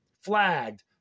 flagged